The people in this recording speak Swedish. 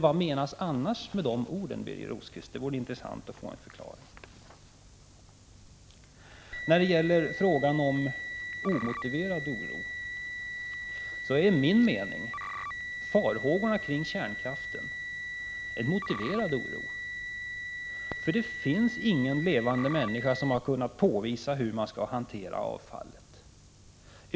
Vad menas annars med dessa ord, Birger Rosqvist? Det vore intressant att få en förklaring. När det gäller frågan om omotiverad oro, så är min mening att farhågorna kring kärnkraften är en motiverad oro. Det finns ingen människa som har kunnat påvisa hur man skall hantera avfallet.